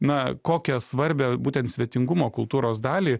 na kokią svarbią būtent svetingumo kultūros dalį